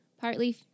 partly